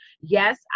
Yes